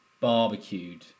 barbecued